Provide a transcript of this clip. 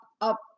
up